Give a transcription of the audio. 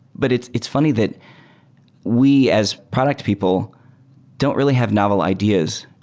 but it's it's funny that we as product people don't really have novel ideas.